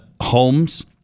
homes